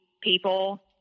people